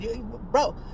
Bro